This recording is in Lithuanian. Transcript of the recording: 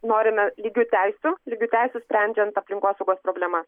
norime lygių teisių lygių teisių sprendžiant aplinkosaugos problema